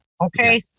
okay